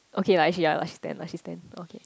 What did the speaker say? okay lah actually ya lah she's ten lah she's ten okay